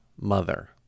mother